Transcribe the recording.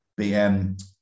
bm